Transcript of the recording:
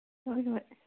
ꯍꯣꯏ ꯍꯣꯏ